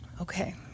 Okay